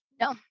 No